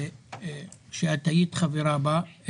שאת היית חברה בה,